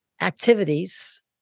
activities